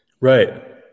Right